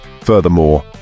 Furthermore